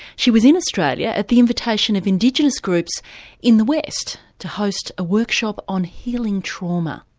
she was in australia at the invitation of indigenous groups in the west, to host a workshop on healing trauma.